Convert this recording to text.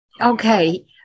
Okay